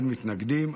אין מתנגדים.